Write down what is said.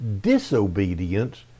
disobedience